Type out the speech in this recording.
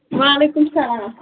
وعلیکُم السلام